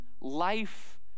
life